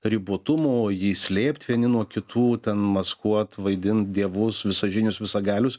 ribotumo jį slėpt vieni nuo kitų ten maskuot vaidint dievus visažinius visagalius